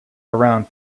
around